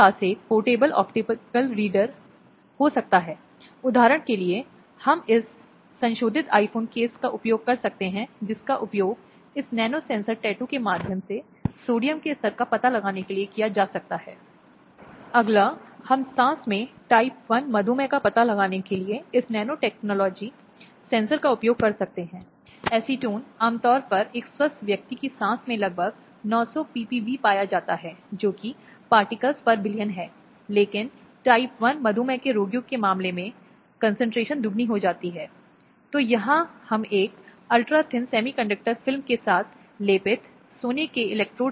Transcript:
हालाँकि कुछ समय के बाद कुछ संशोधन किए गए हैं जिनमें एक या दूसरे कानूनों को शामिल किया गया है नए अपराधों पर काम किया गया है साथ ही साथ न्यायिक व्याख्याओं के विभिन्न रूपों के साथ जो अपराधों शब्दों की परिभाषा और समय समय पर उनके आवेदन में चले गए हैं और इसमें एक परिवर्तन हुआ है जिसे देखा गया है